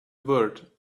word